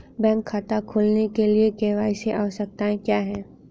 Bank खाता खोलने के लिए के.वाई.सी आवश्यकताएं क्या हैं?